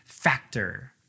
factor